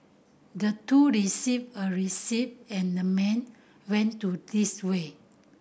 the two received a receipt and the man went to this way